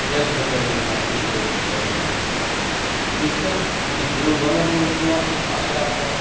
case ᱦᱚᱸ ᱪᱟᱹᱞᱩᱭᱮᱱᱟ ᱤᱧᱠᱚ ᱡᱤᱦᱳᱞᱤᱧᱟ ᱢᱮᱱᱛᱮ ᱤᱠᱷᱟᱹᱱ ᱩᱱᱤ ᱜᱩᱨᱩ ᱵᱟᱹᱱᱟᱹᱣ ᱢᱩᱨᱢᱩᱣᱟᱜ ᱟᱥᱲᱟ ᱠᱷᱚᱱ